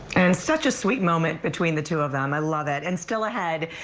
and such a sweet moment between the two of them. i love it. and still ahead,